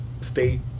state